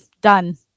done